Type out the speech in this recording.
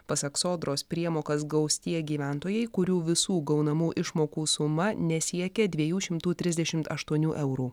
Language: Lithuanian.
pasak sodros priemokas gaus tie gyventojai kurių visų gaunamų išmokų suma nesiekia dviejų šimtų trisdešimt aštuonių eurų